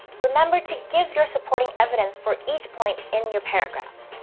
remember to give your supporting evidence for each point in your paragraphs.